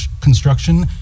construction